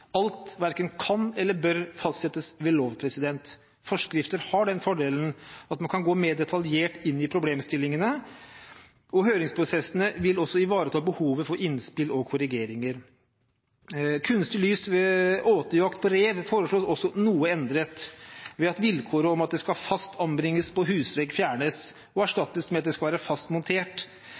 Alt verken kan eller bør fastsettes ved lov. Forskrifter har den fordelen at man kan gå mer detaljert inn i problemstillingene, og høringsprosessene vil også ivareta behovet for innspill og korrigeringer. Kunstig lys under åtejakt på rev foreslås også noe endret ved at vilkåret om at det skal være «fast anbrakt på husvegg» fjernes og erstattes med at det skal være